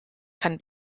kann